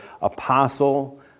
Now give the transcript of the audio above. Apostle